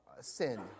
sin